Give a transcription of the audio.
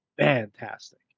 fantastic